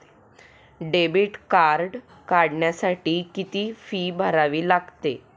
Debit card काढण्यासाठी किती fee भरावी लागते?